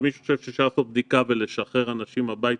אבל מי שחושב שאפשר לעשות בדיקה ולשחרר אנשים הביתה,